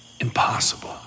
Impossible